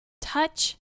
touch